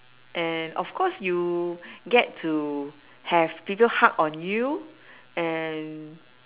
and of course you get to have people hug on you and